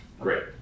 Great